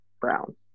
Brown